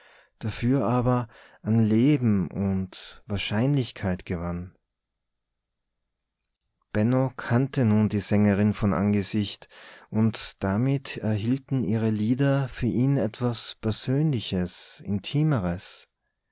dafür aber an leben und wahrscheinlichkeit gewann benno kannte nun die sängerin von angesicht und damit erhielten ihre lieder für ihn etwas persönliches intimeres